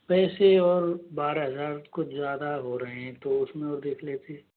पैसे और बारह हज़ार कुछ ज़्यादा हो रहे हैं तो उसमें और देख लेते हैं